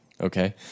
okay